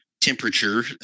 temperature